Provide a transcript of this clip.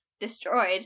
destroyed